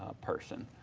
ah person.